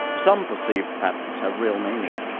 some perceived patterns have real meaning.